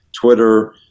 Twitter